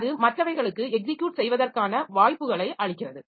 அது மற்றவைகளுக்கு எக்ஸிக்யூட் செய்வதற்கான வாய்ப்புகளை அளிக்கிறது